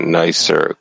nicer